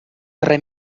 tre